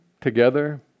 Together